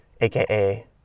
AKA